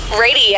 Radio